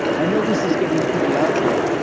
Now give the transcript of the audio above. i know this is getting pretty out there.